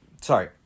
Sorry